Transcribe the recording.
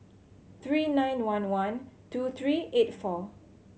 three nine one one two three eight four